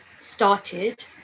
started